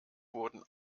wurden